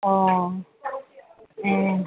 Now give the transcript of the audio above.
ꯑꯣ ꯑꯦ